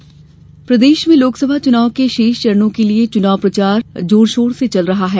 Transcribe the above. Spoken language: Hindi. चुनाव प्रचार प्रदेश में लोकसभा चुनाव के शेष चरणों के लिए चुनाव प्रचार जोर शोर से चल रहा है